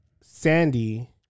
Sandy